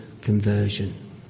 conversion